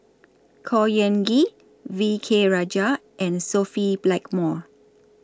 Khor Ean Ghee V K Rajah and Sophia Blackmore